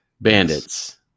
Bandits